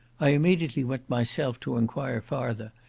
i immediately went myself to enquire farther,